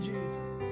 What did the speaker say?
Jesus